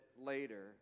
later